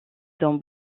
dans